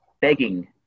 begging